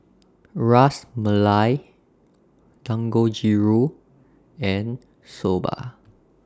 Ras Malai Dangojiru and Soba